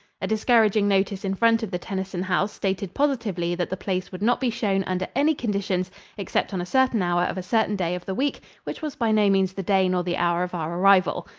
a discouraging notice in front of the tennyson house stated positively that the place would not be shown under any conditions except on a certain hour of a certain day of the week which was by no means the day nor the hour of our arrival.